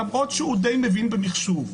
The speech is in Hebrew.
למרות שהוא די מבין במחשוב.